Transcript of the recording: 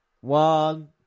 One